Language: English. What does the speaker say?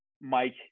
Mike